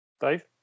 Dave